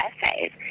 essays